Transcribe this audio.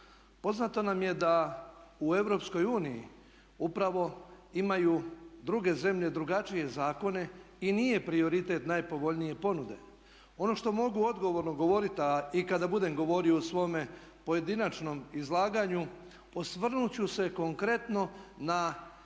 Poznato nam je da u Europskoj uniji upravo imaju druge zemlje drugačije zakone i nije prioritet najpovoljnije ponude. Ono što mogu odgovorno govoriti a i kada budem govorio u svome pojedinačnom izlaganju osvrnuti ću se konkretno na